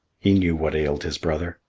he knew what ailed his brother.